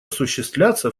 осуществляться